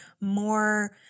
more